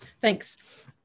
Thanks